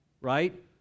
right